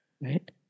right